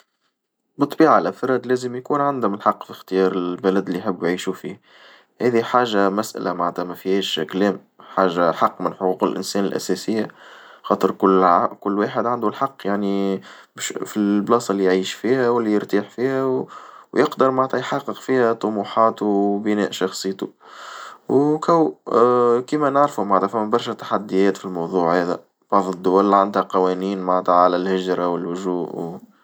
بالطبيعة الأفراد لازم يكون عندهم الحق في اختيار البلد اللي يحبو يعيشو فيه، هاذي حاجة مسألة بعدا ما فيهاش كلام، حاجة حق من حقوق الإنسان الأساسية خاطر كل كل واحد عندو الحق يعني فالبلاصة اللي يعيش فيها واالي يرتاح فيها ويقدر معنتها يحقق فيها طموحاته وبناء شخصيته، و كو كيما نعرف معنتها فيه برشا تحديات في الموضوع عذا بعض الدول عندها قوانين معنتها على الهجرة واللجوء.